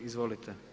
Izvolite.